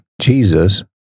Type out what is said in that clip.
Jesus